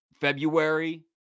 February